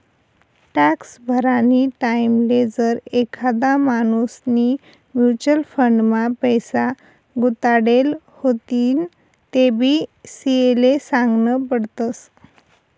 tax भरानी टाईमले जर एखादा माणूसनी म्युच्युअल फंड मा पैसा गुताडेल व्हतीन तेबी सी.ए ले सागनं पडस